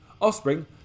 Offspring